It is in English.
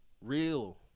Real